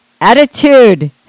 attitude